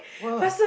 what